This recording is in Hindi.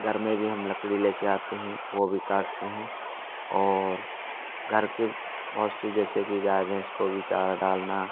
घर में भी हम लकड़ी लेकर आते हैं वो भी काटते हैं और घर के बहुत से जैसे कि गाय भैंस को भी चारा डालना